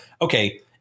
okay